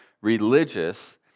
religious